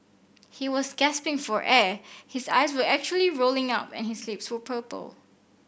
he was gasping for air his eyes were actually rolling up and his lips were purple